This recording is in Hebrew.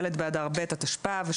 ד' באדר ב' התשפ"ב,